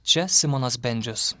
čia simonas bendžius